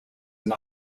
and